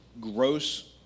gross